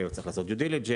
הוא צריך לעשות דיו דיליג'נס,